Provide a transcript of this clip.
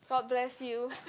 god bless you